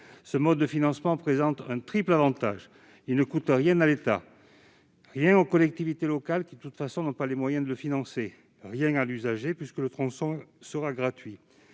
Ce mode de financement présente un triple avantage : il ne coûte rien à l'État, rien aux collectivités locales, qui n'auraient de toute façon pas les moyens de le financer, et rien à l'usager, puisque le tronçon sera gratuit.